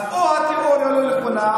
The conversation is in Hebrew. אז או שהתיאוריה לא נכונה,